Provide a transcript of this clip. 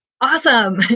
Awesome